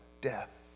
death